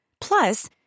Plus